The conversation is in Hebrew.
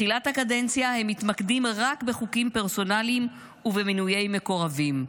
מתחילת הקדנציה הם מתמקדים רק בחוקים פרסונליים ובמינויי מקורבים.